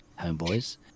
homeboys